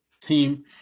team